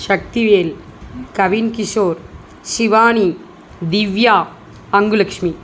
Sakthivel Kavinkishore Shivani Divya Angulakshmi